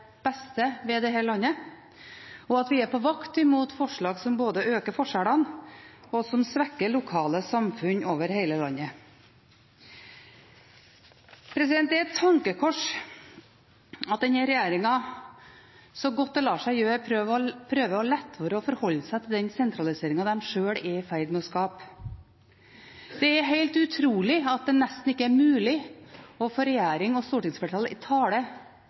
beste ved dette landet, og at vi er på vakt mot forslag som både øker forskjellene og som svekker lokale samfunn over hele landet. Det er et tankekors at denne regjeringen så godt det lar seg gjøre prøver å la være å forholde seg til den sentraliseringen som de sjøl er i ferd med å skape. Det er helt utrolig at det nesten ikke er mulig å få regjering og stortingsflertall i tale